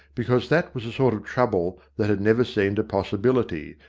because that was a sort of trouble that had never seemed a possibility,